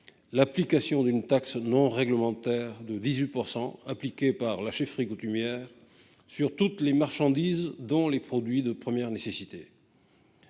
depuis 2017, une taxe non réglementaire de 18 % appliquée par la chefferie coutumière sur toutes les marchandises, dont les produits de première nécessité.